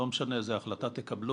לא משנה איזו החלטה תקבלו,